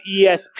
ESP